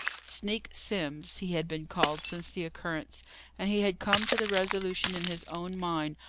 sneak simms, he had been called since the occurrence and he had come to the resolution, in his own mind,